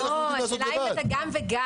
השאלה אם זה גם וגם.